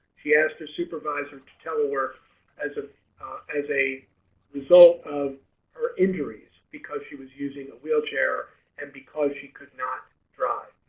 she asked her supervisor to telework as ah as a result of her injuries because she was using a wheelchair and because she could not drive.